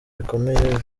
bikomeye